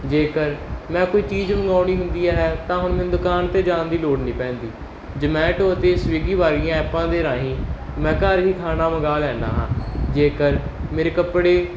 ਜੇਕਰ ਮੈਂ ਕੋਈ ਚੀਜ਼ ਮੰਗਾਉਣੀ ਹੁੰਦੀ ਹੈ ਤਾਂ ਹੁਣ ਮੈਨੂੰ ਦੁਕਾਨ 'ਤੇ ਜਾਣ ਦੀ ਲੋੜ ਨਹੀਂ ਪੈਂਦੀ ਜੋਮੈਟੋ ਅਤੇ ਸਵਿਗੀ ਵਰਗੀਆਂ ਐਪਾਂ ਦੇ ਰਾਹੀਂ ਮੈਂ ਘਰ ਹੀ ਖਾਣਾ ਮੰਗਾ ਲੈਨਾ ਹਾਂ ਜੇਕਰ ਮੇਰੇ ਕੱਪੜੇ